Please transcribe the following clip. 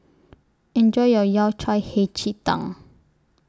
Enjoy your Yao Cai Hei Ji Tang